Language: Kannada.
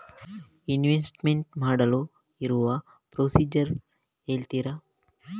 ಇನ್ವೆಸ್ಟ್ಮೆಂಟ್ ಮಾಡಲು ಇರುವ ಪ್ರೊಸೀಜರ್ ಹೇಳ್ತೀರಾ?